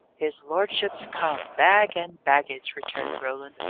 his lordship's come, bag and baggage, returned roland.